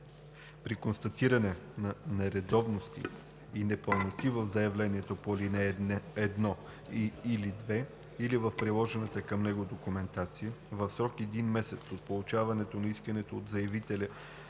При констатиране на нередовности и непълноти в заявлението по ал. 1 или 2 или в приложената към него документация, в срок един месец от получаване на искането от заявителя